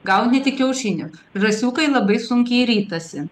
gauni tik kiaušinių žąsiukai labai sunkiai ritasi